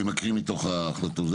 אני מקריא מתוך ההחלטה.